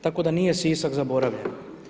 Tako da nije Sisak zaboravljen.